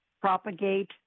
propagate